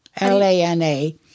L-A-N-A